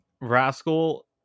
rascal